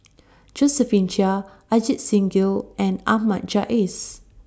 Josephine Chia Ajit Singh Gill and Ahmad Jais